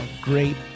great